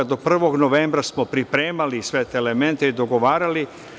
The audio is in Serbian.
Do 1. novembra smo pripremali sve te elemente i dogovarali.